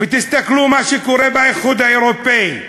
ותסתכלו מה שקורה באיחוד האירופי,